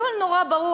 לכן לא אמרתי שתיים.